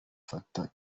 fata